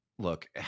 Look